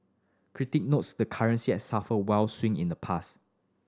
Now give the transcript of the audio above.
critic notes the currency has suffered wild swing in the past